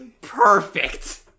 perfect